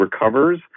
recovers